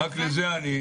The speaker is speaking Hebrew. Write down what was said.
רק לזה זו הסתייגותי.